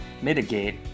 mitigate